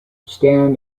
stan